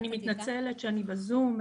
אני מתנצלת שאני בזום,